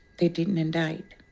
they didn't indict.